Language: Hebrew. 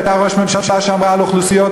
הייתה ראש ממשלה שאמרה על אוכלוסיות,